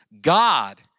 God